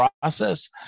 process